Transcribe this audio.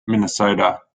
minnesota